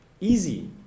easy